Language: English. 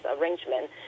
arrangement